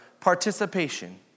Participation